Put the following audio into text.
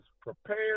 prepare